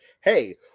hey